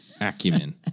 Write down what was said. acumen